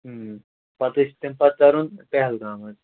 ٲں پَتہٕ حظ چھِ تٔمۍ پَتہٕ تَرُن پہلگام حظ